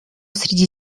среди